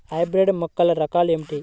Hybrid మొక్కల రకాలు ఏమిటీ?